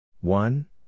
One